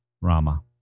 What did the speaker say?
Rama